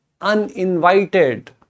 uninvited